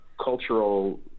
cultural